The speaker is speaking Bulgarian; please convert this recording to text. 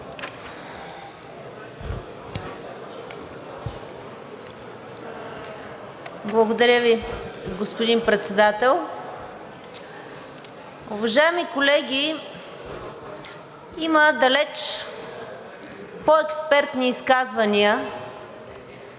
Благодаря Ви, господин Председател. Уважаеми колеги! Има далеч по-експертни изказвания